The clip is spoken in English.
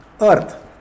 Earth